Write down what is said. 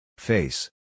Face